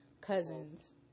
cousins